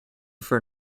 for